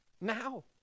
now